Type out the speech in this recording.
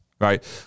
right